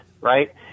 right